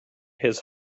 his